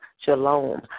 Shalom